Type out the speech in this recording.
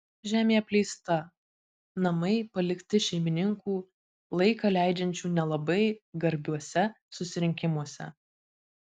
žemė apleista namai palikti šeimininkų laiką leidžiančių nelabai garbiuose susirinkimuose